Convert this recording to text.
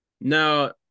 Now